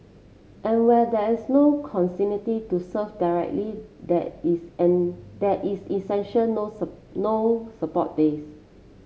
and when there is no to serve directly there is an there is essential no no support base